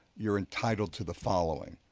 you're entitled to the following.